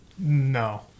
No